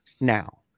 now